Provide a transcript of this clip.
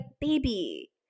baby